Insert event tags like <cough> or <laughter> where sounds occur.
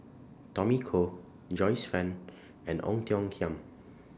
Tommy Koh Joyce fan and Ong Tiong Khiam <noise>